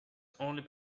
only